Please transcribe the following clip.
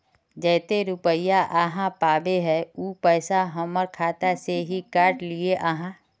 जयते रुपया आहाँ पाबे है उ पैसा हमर खाता से हि काट लिये आहाँ?